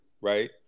right